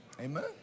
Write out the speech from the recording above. Amen